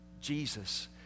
Jesus